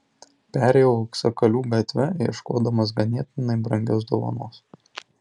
perėjau auksakalių gatve ieškodamas ganėtinai brangios dovanos